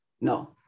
no